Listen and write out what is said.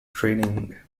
training